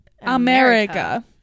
America